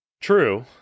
True